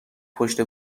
پشت